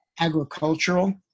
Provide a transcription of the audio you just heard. agricultural